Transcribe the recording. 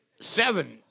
seven